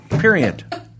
period